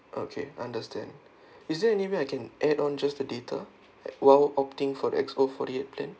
okay understand is it any way I can add on just the data while opting for the X_O forty eight plan